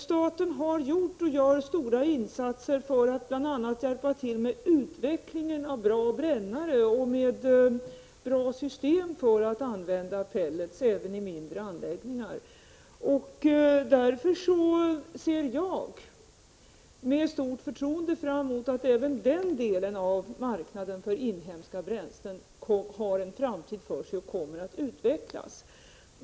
Staten har gjort och gör stora insatser för att bl.a. hjälpa till med utvecklingen av bra brännare och bra system för att använda pellets även i mindre anläggningar. Därför har jag stort förtroende för att även den delen av marknaden för inhemska bränslen har en framtid för sig och kommer att utvecklas.